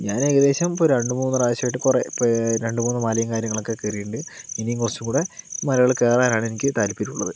ഞാൻ ഏകദേശം ഇപ്പോൾ രണ്ട് മൂന്ന് പ്രാവശ്യമായിട്ട് കുറേ ഇപ്പോൾ രണ്ട് മൂന്ന് മലയും കാര്യങ്ങളൊക്കെ കയറിയിട്ടുണ്ട് ഇനിയും കുറച്ചും കൂടി മലകൾ കയറാനാണ് എനിക്ക് താല്പര്യമുള്ളത്